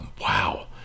wow